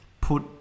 put